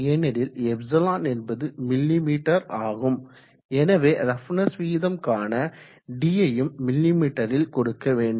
ஏனெனில் ε என்பது மிமீ ஆகும் எனவே ரஃப்னஸ் விகிதம் காண d யும் மிமீல் கொடுக்க வேண்டும்